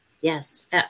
Yes